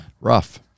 Rough